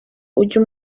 ujye